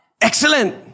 Excellent